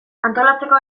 antolatzeko